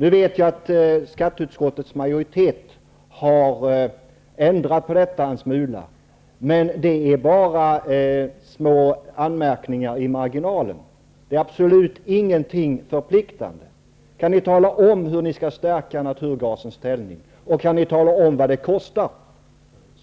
Nu vet jag att skatteutskottets majoritet har ändrat på detta en smula, men det är bara små anmärkningar i marginalen. Det är absolut inget förpliktande. Kan ni tala om hur ni skall stärka naturgasens ställning? Och kan ni tala om vad det kostar?